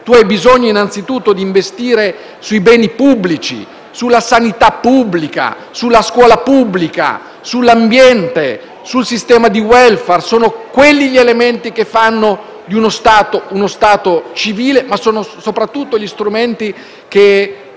bisogna innanzitutto investire sui beni pubblici, sulla sanità pubblica, sulla scuola pubblica, sull'ambiente, sul sistema di *welfare*: sono quelli gli elementi che fanno di uno Stato uno Stato civile, ma sono soprattutto gli strumenti che